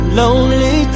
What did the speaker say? lonely